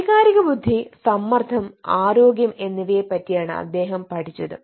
വൈകാരിക ബുദ്ധി സമ്മർദ്ദം ആരോഗ്യം എന്നിവയെ പറ്റിയാണ് അദ്ദേഹംപഠിച്ചത്